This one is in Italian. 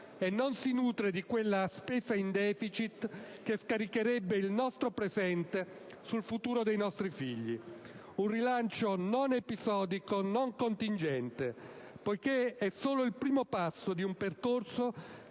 e non si nutre di quella spesa in deficit che scaricherebbe il nostro presente sul futuro dei nostri figli. Un rilancio non episodico, non contingente, poiché è solo il primo passo di un percorso